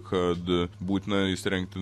kad būtina įsirengti